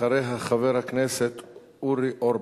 אחריה, חבר הכנסת אורי אורבך.